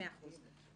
מאה אחוז.